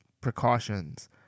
precautions